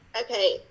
Okay